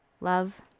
Love